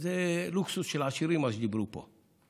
זה לוקסוס של עשירים, מה שדיברו פה.